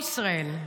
גיבור ישראל,